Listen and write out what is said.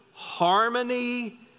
Harmony